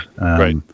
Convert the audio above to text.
Right